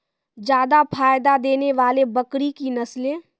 जादा फायदा देने वाले बकरी की नसले?